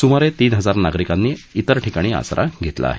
सुमारे तीन हजार नागरिकांनी अन्य ठिकाणी आसरा घेतला आहे